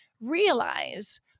realize